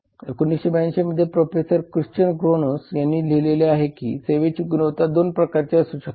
1982 मध्ये professor Christian Gronroos यांनी लिहिले आहे की सेवेच्या गुणवत्ता 2 प्रकारच्या असू शकतात